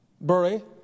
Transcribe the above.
bury